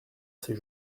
ses